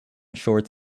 shorts